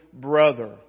brother